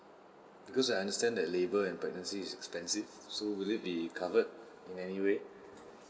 because I understand that labour and pregnancy is expensive so will it be covered in any way